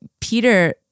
Peter